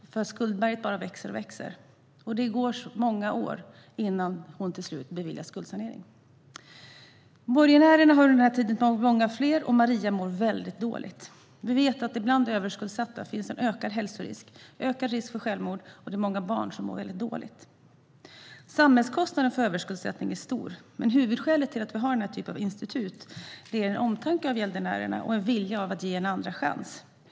Skuldberget bara växer och växer. Det går många år innan hon till slut beviljas skuldsanering. Borgenärerna har under tiden blivit fler, och Maria mår mycket dåligt. Vi vet att det bland överskuldsatta finns en ökad hälsorisk, ökad risk för självmord och att många barn mår dåligt. Samhällskostnaden för överskuldsättning är stor, men huvudskälet till den typen av institut är omtanke om gäldenärerna och en vilja att ge en andra chans.